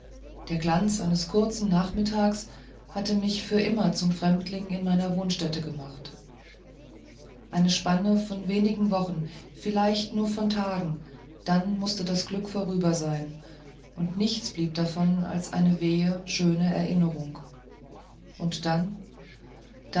der glanz eines kurzen nachmittags hatte mich für immer zum fremdling in meiner wohnstätte gemacht eine spanne von wenigen wochen vielleicht nur von tagen dann mußte das glück vorüber sein und nichts blieb davon als eine wehe schöne erinnerung und dann